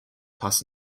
passt